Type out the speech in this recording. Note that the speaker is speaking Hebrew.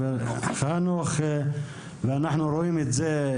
וחנוך ואנחנו גם רואים את זה.